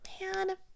man